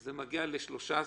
זה מגיע ל-13%,